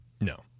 No